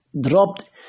dropped